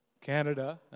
Canada